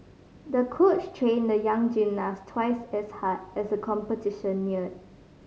the coach trained the young gymnast twice as hard as the competition neared